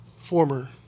former